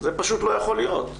זה פשוט לא יכול להיות.